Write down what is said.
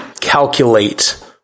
calculate